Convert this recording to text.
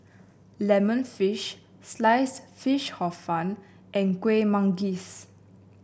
lemon fish slice fish Hor Fun and Kuih Manggis